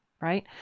right